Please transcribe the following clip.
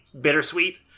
bittersweet